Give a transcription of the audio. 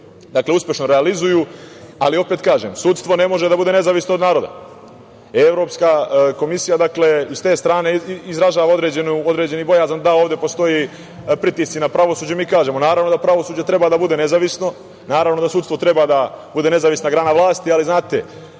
i 24 uspešno realizuju. Ali, opet kažem – sudstvo ne može da bude nezavisno od naroda. Evropska komisija sa te strane izražava određenu bojazan da ovde postoje pritisci na pravosuđe. Mi kažemo – naravno da pravosuđe treba da bude nezavisno, naravno da sudstvo treba da bude nezavisna grana vlasti, ali, znate,